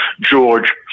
George